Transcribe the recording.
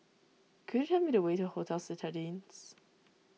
could you tell me the way to Hotel Citadines